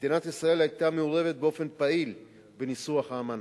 מדינת ישראל היתה מעורבת באופן פעיל בניסוח האמנה.